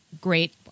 great